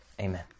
amen